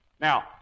Now